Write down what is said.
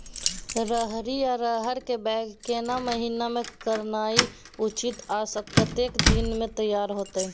रहरि या रहर के बौग केना महीना में करनाई उचित आ कतेक दिन में तैयार होतय?